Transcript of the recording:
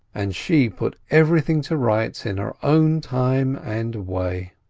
and she put everything to rights in her own time and way.